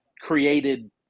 created